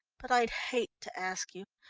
but i'd hate to ask you.